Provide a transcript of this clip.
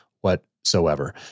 whatsoever